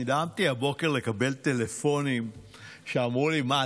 נדהמתי הבוקר לקבל טלפונים שאמרו לי: מה,